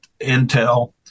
intel –